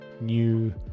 new